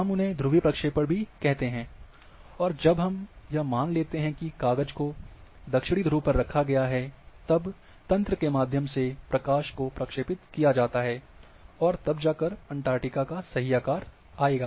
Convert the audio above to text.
हम उन्हें ध्रुवीय प्रक्षेपण भी कहते हैं और जब हम यह मान लेते हैं कि काग़ज़ को दक्षिणी ध्रुव पर रखा गया है तब तंत्र के माध्यम से प्रकाश को प्रक्षेपित किया जाता है और तब जाकर अंटार्कटिका का सही आकार आएगा